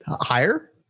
Higher